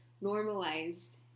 normalized